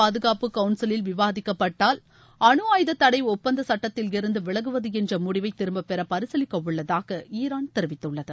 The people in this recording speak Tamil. பாதுகாப்பு கவுன்சிலில் விவாதிக்கப்பட்டால் அணு ஆயுத தடை ஒப்பந்தச் சட்டத்தில் இருந்துவிலகுவதுஎன்றமுடிவைதிரும்பபெறபரசீலிக்கஉள்ளதாகஈரான் தெரிவித்துள்ளது